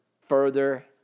further